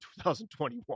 2021